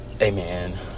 amen